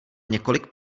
několik